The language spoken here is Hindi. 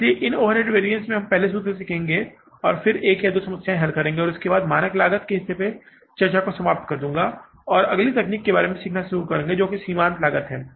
इसलिए इन ओवरहेड वरिएंसेस में पहले हम सूत्र सीखेंगे और फिर हम एक या दो समस्याओं को हल करेंगे और उसके बाद मैं मानक लागत वाले हिस्से पर चर्चा को समाप्त कर दूंगा और अगली तकनीक के बारे में सीखना शुरू करूँगा जो सीमांत लागत है